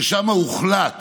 ששם הוחלט